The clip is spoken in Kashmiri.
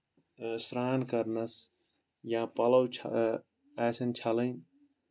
سرٛان کَرنَس یا پَلَو چھ آسن چھَلٕنۍ